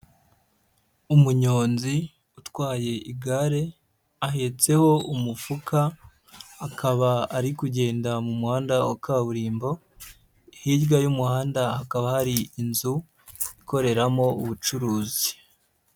Umunyonzi utwaye igare ahetseho umufuka akaba ari kugenda mu muhanda wa kaburimbo, hirya y'umuhanda hakaba hari inzu ikoreramo ubucuruzi.